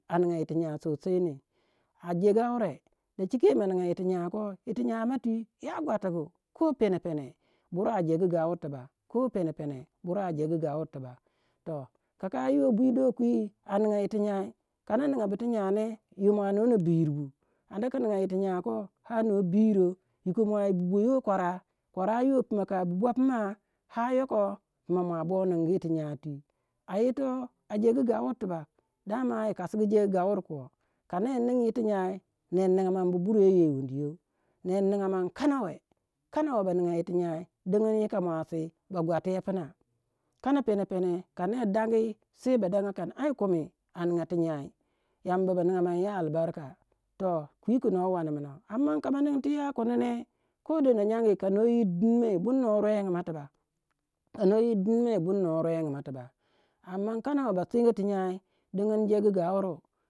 A ninga ti nyai kwankwan, a je gaure, digin ma ninga ti nyai, ti nyamatwi ya gwatigu kana pene pene bur a jegu gauru tiba. Toh kaka yiwoh bwi dokwi a ninga yir ti nyai. Kana na ninga bu tu nya ne yo mua noh na buyurbu anda ki ninga tu nya koh ar noh biyuro yiku mua yi bi boyir kwara. kwarayi wa puna ka bu bopna ar yoko puma mua bo ningu ti nya twi. A yitoi a jegu gauru tibak. Dama yi kasigu jegu gauru ko. Ka ner ningi yir tu nyai ner ninga muan bu buryei yowundu you ner ninga man kana weh kanawe ba ninga yir ti nyai dingin yika muasi ba guatiya pina kana pene pene ka ner dangi sei ba danga kin ai kumi a ninga ti nyai yamba ba ninga man yo albarka toh kwi ku noh wanmina anda ka ningi ti yakundi ne kana dono nyagu ka no yir dinmei bur noh rwengu mou tibak. Ka noh yir dinmei bur nor rwengu mou tibak. Anda kanawe ba sengo ti nyai dingin jegu gauru.